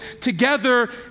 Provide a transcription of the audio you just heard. together